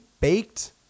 baked